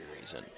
reason